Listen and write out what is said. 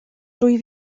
dwy